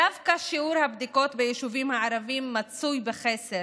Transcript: דווקא שיעור הבדיקות ביישובים הערביים מצוי בחסר.